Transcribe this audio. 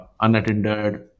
unattended